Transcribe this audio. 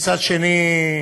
מצד שני,